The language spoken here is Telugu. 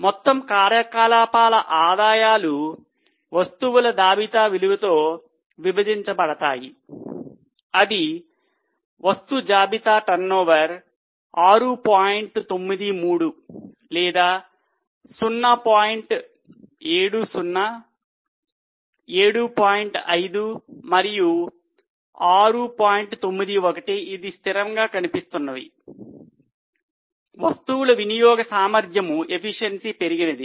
మొత్తం కార్యకలాపాల ఆదాయాలు పెరిగినది కొంచెం ఇప్పుడు అది తగ్గినది